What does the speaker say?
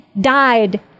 died